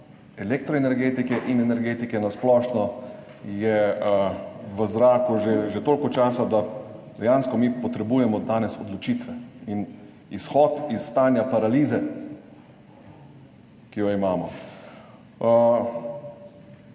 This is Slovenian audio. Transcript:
elektroenergetike in energetike na splošno je v zraku že toliko časa, da dejansko mi potrebujemo odločitve danes in izhod iz stanja paralize, ki jo imamo.